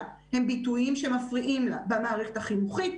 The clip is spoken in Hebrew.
הם ביטויים שמפריעים לה במערכת החינוכית,